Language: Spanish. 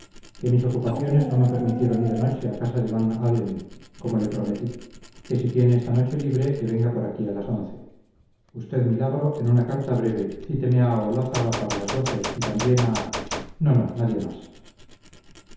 que mis ocupaciones no me permitieron ir anoche a casa de van-halen como le prometí que si tiene esta noche libre se venga por aquí a las once usted milagro en una carta breve cíteme a olózaga para las doce y también a no no nadie más